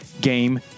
Game